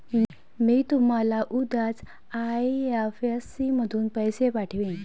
मी तुम्हाला उद्याच आई.एफ.एस.सी मधून पैसे पाठवीन